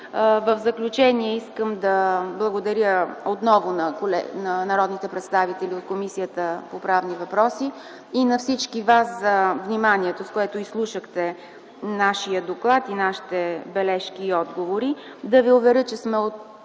В заключение искам да благодаря отново на народните представители от Комисията по правни въпроси и на всички вас за вниманието, с което изслушахте нашия доклад и нашите бележки и отговори, да ви уверя, че сме